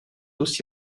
aussi